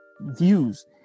views